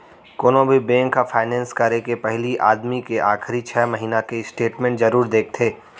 कोनो भी बेंक ह फायनेंस करे के पहिली आदमी के आखरी छै महिना के स्टेट मेंट जरूर देखथे